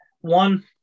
one